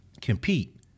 compete